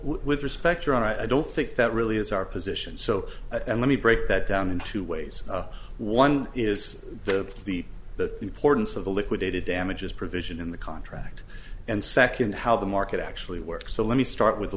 honor i don't think that really is our position so let me break that down in two ways one is the the the importance of the liquidated damages provision in the contract and second how the market actually works so let me start with the